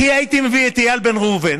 כי הייתי מביא את איל בן ראובן,